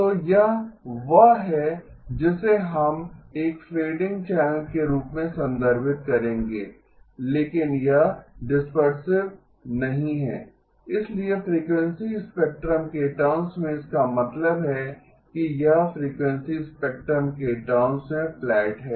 तो यह वह है जिसे हम एक फ़ेडिंग चैनल के रूप में संदर्भित करेंगे लेकिन यह डिसपेरसिव नहीं है इसलिए फ़्रीक्वेंसी स्पेक्ट्रम के टर्म्स में इसका मतलब है कि यह फ़्रीक्वेंसी स्पेक्ट्रम के टर्म्स में फ्लैट है